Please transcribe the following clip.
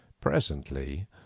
Presently